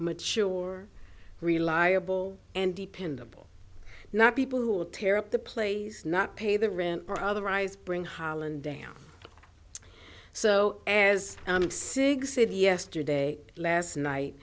mature reliable and dependable not people who will tear up the plays not pay the rent or otherwise bring holland down so as sig's said yesterday last night